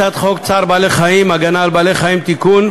הצעת חוק צער בעלי-חיים (הגנה על בעלי-חיים) (תיקון,